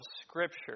Scripture